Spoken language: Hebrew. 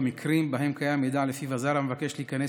במקרים שבהם קיים מידע שלפיו הזר המבקש להיכנס